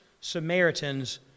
Samaritans